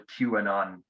QAnon